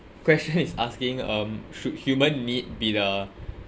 question is asking um should human need be the